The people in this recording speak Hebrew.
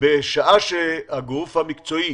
בשעה שהגוף המקצועי